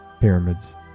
pyramids